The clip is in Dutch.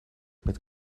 met